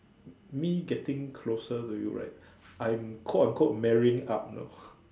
me getting closer to you right I am quote unquote marrying up you know